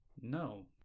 No